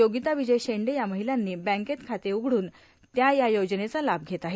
योगिता विजय शेंडे या महिलांनी बँकेत खाते उघडून त्या या योजनेचा लाभ घेत आहेत